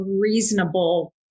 reasonable